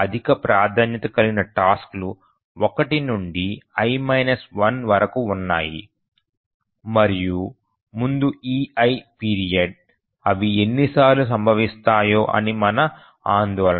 అధిక ప్రాధాన్యత కలిగిన టాస్క్ లు 1 నుండి i 1 వరకు ఉన్నాయి మరియు ముందు ei పీరియడ్ అవి ఎన్నిసార్లు సంభవిస్తాయో అని మన ఆందోళన